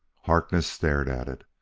harkness stared at it.